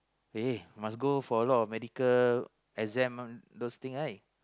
eh must go for a lot medical exam  those thing right